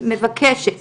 אני מבקשת